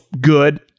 good